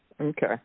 okay